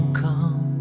come